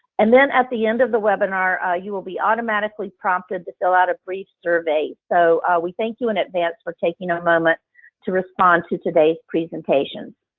and then at the end of the webinar, you will be automatically prompted to fill out a brief survey. so we thank you in advance for taking moment to respond to today's presentation.